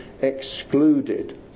excluded